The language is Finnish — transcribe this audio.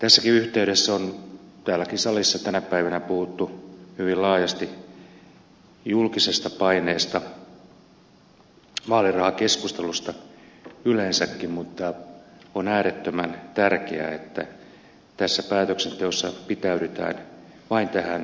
tässäkin yhteydessä on tässäkin salissa tänä päivänä puhuttu hyvin laajasti julkisesta paineesta vaalirahakeskustelusta yleensäkin mutta on äärettömän tärkeää että tässä päätöksenteossa pitäydytään vain tähän kyseessä oleva